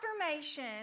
confirmation